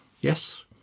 Yes